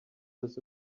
this